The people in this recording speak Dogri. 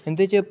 उ'दे च